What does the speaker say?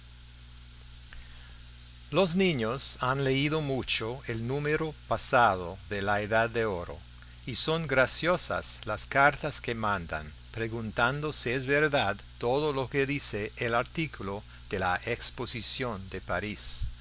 los niños han leído mucho el número pasado de la edad de oro y son graciosas las cartas que mandan preguntando si es verdad todo lo que dice el artículo de la exposición de parís